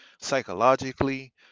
psychologically